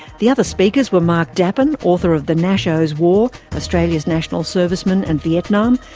the other speakers were mark dapin, author of the nashos' war australia's national servicemen and vietnam,